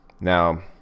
Now